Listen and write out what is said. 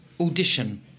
audition